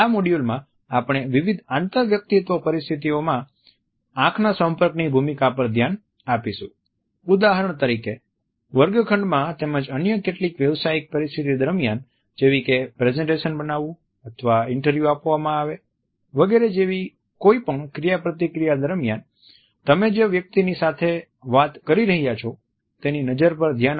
આ મોડ્યૂલમાં આપણે વિવિધ આંતરવ્યક્તિત્વ પરિસ્થિતિઓમાં આંખના સંપર્કની ભૂમિકા પર ધ્યાન આપીશું ઉદાહરણ તરીકે વર્ગ ખંડમાં તેમજ અન્ય કેટલીક વ્યાવસાયિક પરિસ્થિતિ દરમિયાન જેવી કે પ્રેઝેંટેશન બનાવવુ અથવા ઇન્ટરવ્યુ આપવામાં આવે વગેરે જેવી કોઈપણ ક્રિયા પ્રતિક્રિયા દરમ્યાન તમે જે વ્યક્તિની સાથે વાત કરી રહ્યાં છો તેની નજર પર ધ્યાન આપવું એ મહત્વપૂર્ણ છે